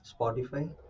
Spotify